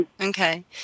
Okay